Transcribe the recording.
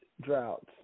droughts